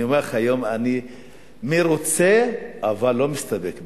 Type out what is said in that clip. אני אומר לך שהיום אני מרוצה, אבל לא מסתפק בזה.